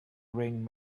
ring